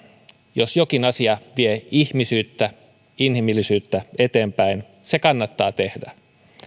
jos jokin asia vie ihmisyyttä inhimillisyyttä eteenpäin se kannattaa tehdä